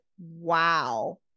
wow